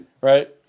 right